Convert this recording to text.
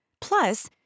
Plus